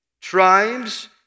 tribes